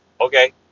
okay